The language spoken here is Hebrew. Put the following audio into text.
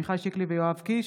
עמיחי שיקלי ויואב קיש